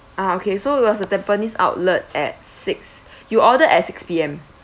ah okay so it was the tampines outlet at six you order at six P_M